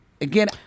Again